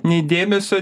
nei dėmesio